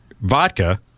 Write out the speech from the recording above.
vodka